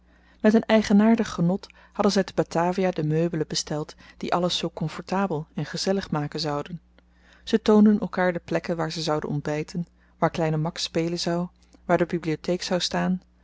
met een eigenaardig genot hadden zy te batavia de meubelen besteld die alles zoo comfortable en gezellig maken zouden zy toonden elkaar de plekken waar ze zouden ontbyten waar kleine max spelen zou waar de bibliotheek zou staan